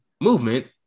movement